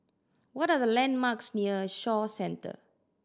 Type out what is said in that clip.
what are the landmarks near Shaw Centre